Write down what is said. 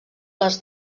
les